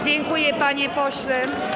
Dziękuję, panie pośle.